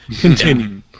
Continue